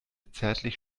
zärtlich